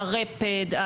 הרפד,